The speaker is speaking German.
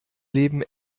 leben